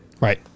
right